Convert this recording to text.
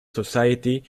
society